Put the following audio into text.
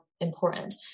important